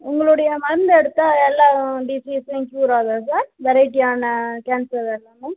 உங்களுடைய மருந்தை எடுத்தால் எல்லா டிசீஸ்ஸும் கியூர் ஆகுதா சார் வெரைட்டியான கேன்சர் எல்லாமே